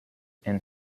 and